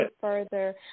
further